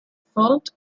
fault